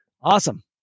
Awesome